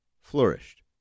flourished